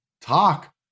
talk